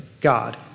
God